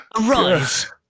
Arise